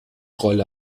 rolle